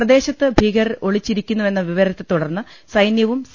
പ്രദേശത്ത് ഭീകരർ ഒളിച്ചിരിക്കുന്നുവെന്ന വിവരത്തെത്തു ടർന്ന് സൈന്യവും സി